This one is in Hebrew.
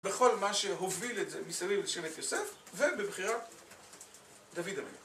בכל מה שהוביל את זה מסביב לשבט יוסף, ובבחירת דוד המלך.